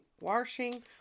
washing